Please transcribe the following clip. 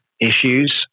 issues